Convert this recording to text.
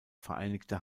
vereinigte